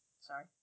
Sorry